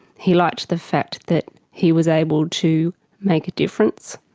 he liked the fact that he was able to make a difference,